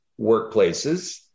workplaces